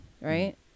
right